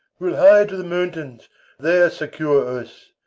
we'll higher to the mountains there secure us.